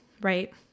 Right